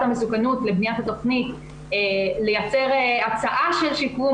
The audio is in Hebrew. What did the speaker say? המסוכנות לבניית התכנית לייצר הצעה של שיקום,